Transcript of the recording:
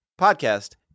podcast